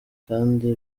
kandi